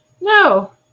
No